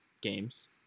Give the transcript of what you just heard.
games